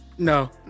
no